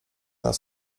nas